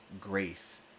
grace